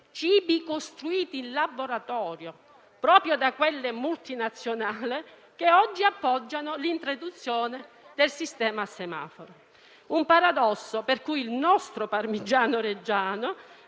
cibi costruiti in laboratorio proprio da quelle multinazionali che oggi appoggiano l'introduzione del sistema a semaforo; un paradosso per cui il nostro parmigiano reggiano